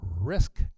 risk